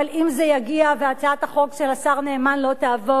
אבל אם זה יגיע והצעת החוק של השר נאמן לא תעבור,